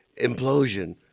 implosion